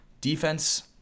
Defense